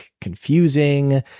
confusing